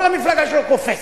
כל המפלגה שלו קופצת.